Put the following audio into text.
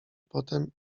potem